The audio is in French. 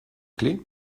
clef